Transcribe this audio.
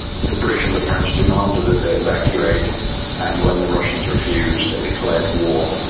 the british and the french demanded that they evacuate and when the russians refused, they declared war,